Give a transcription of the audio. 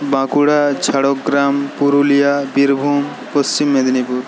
Bankura Jhargram Purulia Birbhum Paschim Medinipur